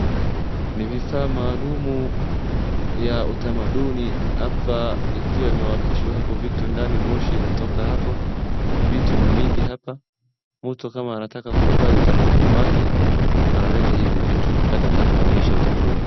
Ni vifaa maalumu ya utamaduni hapa ikiwa imewakishwa hapo vitu ndani moshi inatoka hapo, vitu ni mingi hapa. Mtu kama anataka kifadhi utamaduni wake analeta hizi vitu wakati anataka kuonyesha utamaduni.